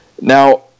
Now